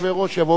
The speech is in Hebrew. יבוא ויחליף אותי,